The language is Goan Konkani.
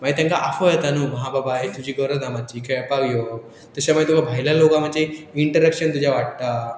मागीर तेंकां आफोंव येता न्हू म्हण बाबा हे तुजी गरज आसा मातशी खेळपाक यो तशें मागीर तुका भायल्या लोकां मातशी इंट्ररेक्शन तुज्या वाडटा